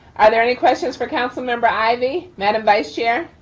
are there any questions for council member ivey madam vice chair.